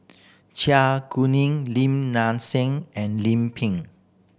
Char Kuning Lim Nang Seng and Lim Pin